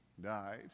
died